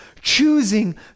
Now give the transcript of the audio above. choosing